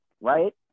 right